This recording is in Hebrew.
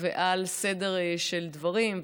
ועל סדר של דברים,